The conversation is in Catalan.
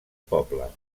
poble